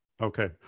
Okay